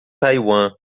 taiwan